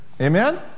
Amen